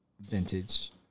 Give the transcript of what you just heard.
vintage